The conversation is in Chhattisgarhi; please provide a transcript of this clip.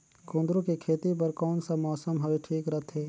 कुंदूरु के खेती बर कौन सा मौसम हवे ठीक रथे?